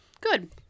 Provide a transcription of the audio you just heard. Good